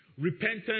repentance